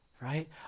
right